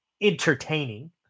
entertaining